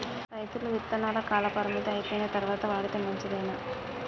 రైతులు విత్తనాల కాలపరిమితి అయిపోయిన తరువాత వాడితే మంచిదేనా?